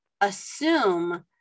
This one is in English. assume